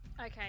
Okay